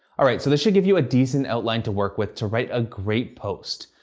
alright, so this should give you a decent outline to work with to write a great post.